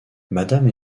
madame